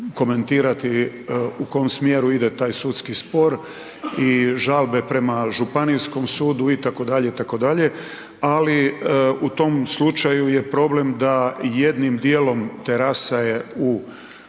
komentirati u kom smjeru ide taj sudski spor i žalbe prema Županijskom sudu itd., itd. Ali u tom slučaju je problem da jednim dijelom terasa je u